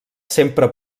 sempre